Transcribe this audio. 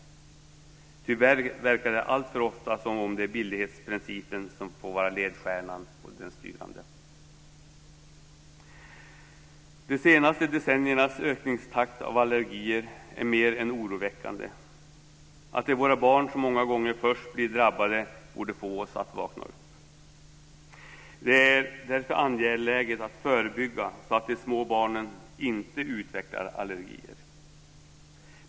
Tyvärr verkar det alltför ofta som att det är billighetsprincipen som får vara ledstjärnan och det styrande. De senaste decenniernas ökningstakt när det gäller allergier är mer än oroväckande. Att det är våra barn som många gånger först blir drabbade borde få oss att vakna upp. Det är därför angeläget att förebygga så att de små barnen inte utvecklar allergier.